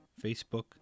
Facebook